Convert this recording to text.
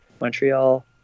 Montreal